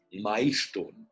milestone